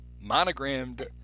Monogrammed